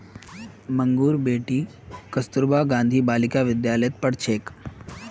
मंगूर बेटी कस्तूरबा गांधी बालिका विद्यालयत पढ़ छेक